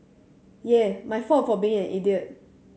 yeah my fault for being an idiot